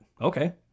Okay